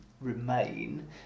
remain